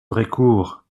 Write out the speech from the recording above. brécourt